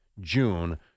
June